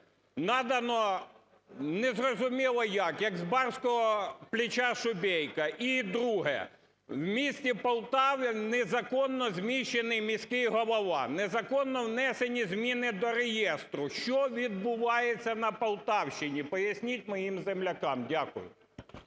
надано незрозуміло як, як з барського плеча шубейка? І друге. В місті Полтави незаконно зміщений міський голова. Незаконно внесені зміни до реєстру. Що відбувається на Полтавщині? Поясніть моїм землякам Дякую.